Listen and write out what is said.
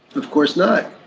of course not.